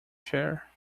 chair